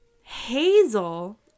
Hazel